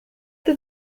did